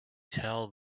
tell